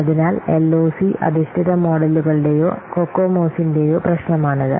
അതിനാൽഎൽഓസി അധിഷ്ഠിത മോഡലുകളുടെയോ കൊക്കോമോസിന്റെയോ പ്രശ്നമാണിത്